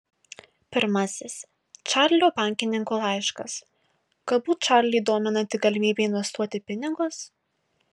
pirmasis čarlio bankininko laiškas galbūt čarlį dominanti galimybė investuoti pinigus